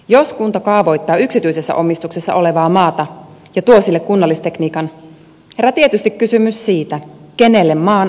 jos kunta kaavoittaa yksityisessä omistuksessa olevaa maata ja tuo sille kunnallistekniikan herää tietysti kysymys siitä kenelle maan arvonnousu kuuluu